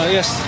Yes